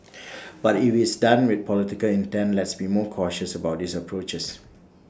but if IT is done with political intent let's be more cautious about those approaches